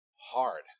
hard